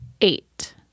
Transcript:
eight